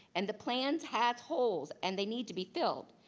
and the plans have holes and they need to be filled.